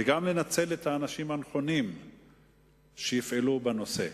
וגם לנצל את האנשים הנכונים שיפעלו בנושא.